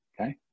Okay